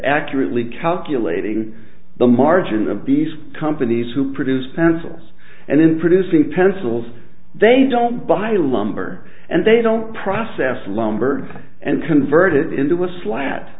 accurately calculating the margin of these companies who produce pencils and in producing pencils they don't buy a lumber and they don't process lumber and convert it into a sla